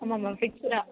ஆமாம்மா ஃபிக்ஸ்டாக